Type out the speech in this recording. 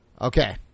Okay